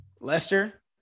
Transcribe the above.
lester